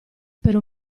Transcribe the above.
per